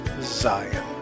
Zion